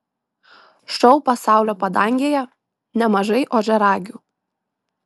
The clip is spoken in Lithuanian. šou pasaulio padangėje nemažai ožiaragių